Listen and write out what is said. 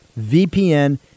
VPN